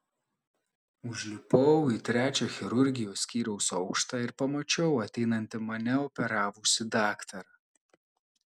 užlipau į trečią chirurgijos skyriaus aukštą ir pamačiau ateinantį mane operavusį daktarą